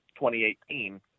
2018